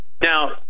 Now